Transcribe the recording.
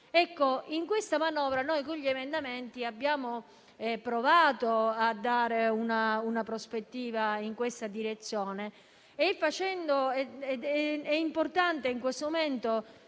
In questa manovra con gli emendamenti abbiamo provato a dare una prospettiva in questa direzione. È importante in questo momento